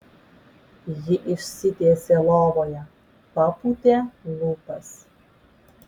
ji išsitiesė lovoje papūtė lūpas